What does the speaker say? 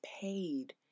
paid